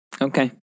okay